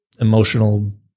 emotional